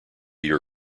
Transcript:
year